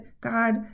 God